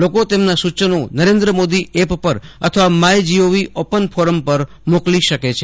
લોકો તેમના સુચનો નરેન્દ્ર મોદી એપ પર અથવા માય જીઓવી ઓપન ફોરમ પર મોકલી શકે છે